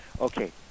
Okay